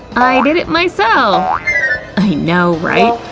i did it myself! i know, right,